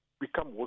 become